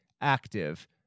active